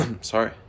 sorry